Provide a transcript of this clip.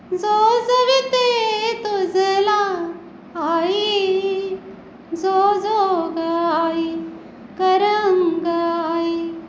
जोजविते तुजला आई जो जो गाई कर अंगाई